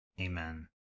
Amen